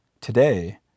Today